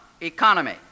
economy